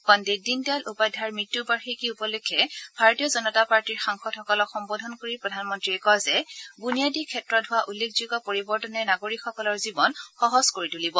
পণ্ডিত দীনদয়াল উপাধ্যায়ৰ মৃত্যুবাৰ্ষিকী উপলক্ষে ভাৰতীয় জনতা পাৰ্টীৰ সাংসদসকলক সম্বোধন কৰি প্ৰধানমন্ত্ৰীয়ে কয় যে বুনিয়াদী ক্ষেত্ৰত হোৱা উল্লেখযোগ্য পৰিৱৰ্তনে নাগৰিকসকলৰ জীৱন সহজ কৰি পেলাব